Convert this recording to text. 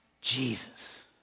Jesus